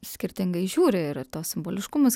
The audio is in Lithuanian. skirtingai žiūri ir ir tas simboliškumas